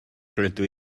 rydw